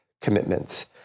commitments